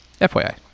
FYI